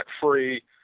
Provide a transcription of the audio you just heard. free